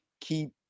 keep